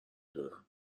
دونم